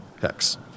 Hex